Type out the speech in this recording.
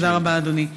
תודה רבה, אדוני.